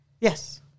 Yes